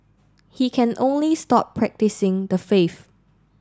he can only stop practising the faith